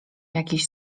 jakiś